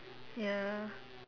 ya